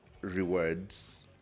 rewards